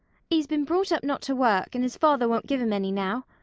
he's been brought up not to work and his father won't give him any now.